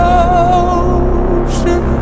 ocean